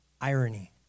irony